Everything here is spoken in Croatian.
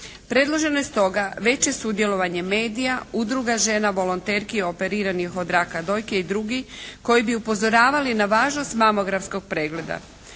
Predloženo je stoga veće sudjelovanje medija, udruga žena volonterki operiranih od raka dojke i drugi koji bi upozoravali na važnost mamografskog pregleda.